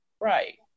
Right